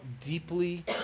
deeply